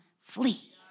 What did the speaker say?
flee